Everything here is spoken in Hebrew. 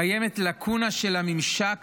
קיימת לקונה של הממשק